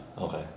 Okay